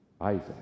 Isaac